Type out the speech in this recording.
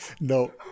No